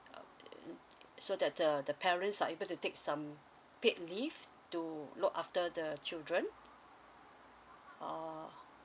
so that the the parents are able to take some paid leave to look after the children err